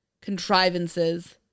contrivances